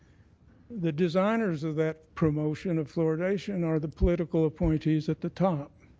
the designers of that promotion of fluoridation are the political appointees at the top.